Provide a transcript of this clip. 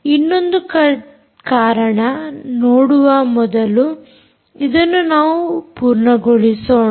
ಇನ್ನೊಂದು ಕಾರಣ ನೋಡುವ ಮೊದಲು ಇದನ್ನು ನಾವು ಪೂರ್ಣಗೊಳಿಸೋಣ